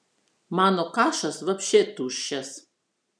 mano kašas vapše tuščias